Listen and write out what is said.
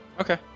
Okay